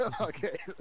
Okay